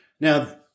Now